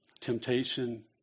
temptation